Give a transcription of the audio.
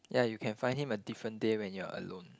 ya you can find him a different day when you are alone